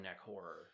horror